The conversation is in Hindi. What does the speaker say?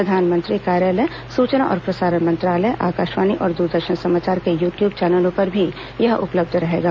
प्रधानमंत्री कार्यालय सुचना और प्रसारण मंत्रालय आकाशवाणी और दूरदर्शन समाचार के यू ट्यूब चैनलों पर भी यह उपलब्ध रहेगा